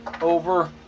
over